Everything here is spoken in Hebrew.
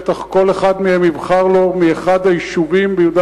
בטח כל אחד מהם יבחר לו אחד מהיישובים ביהודה